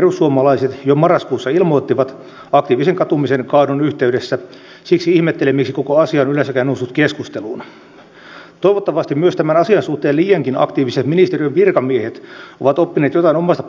onko tätä ministeriössä pohdittu ja oletteko itse pohtineet tätä että samalla kun vastataan näihin myönteisesti niin millä tavalla näitä riskiarvioita ajatellaan ikään kuin koalitioiden johtajien mukaan ja olisivatko esimerkiksi yk johtoiset operaatiot